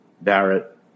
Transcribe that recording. Barrett